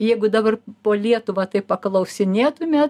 jeigu dabar po lietuvą taip paklausinėtumėt